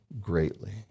greatly